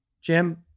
Jim